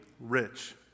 rich